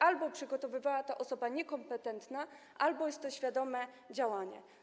Albo przygotowywała to osoba niekompetentna, albo jest to świadome działanie.